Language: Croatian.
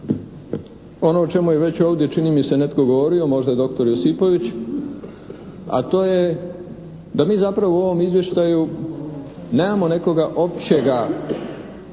ono o čemu je već ovdje čini mi se netko govorio, možda doktor Josipović a to je da mi zapravo u ovom izvještaju nemamo nekoga općega ocjene